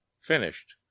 finished